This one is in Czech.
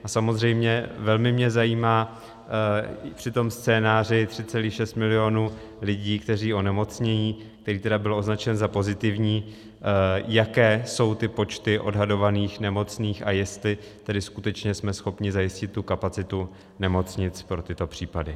A samozřejmě velmi mě zajímá při tom scénáři 3,6 milionu lidí, kteří onemocní, kteří byli označeni za pozitivní, jaké jsou ty počty odhadovaných nemocných a jestli skutečně jsme schopni zajistit tu kapacitu nemocnic pro tyto případy.